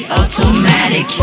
automatic